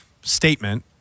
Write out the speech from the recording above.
statement